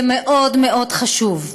זה מאוד מאוד חשוב.